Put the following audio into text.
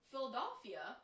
Philadelphia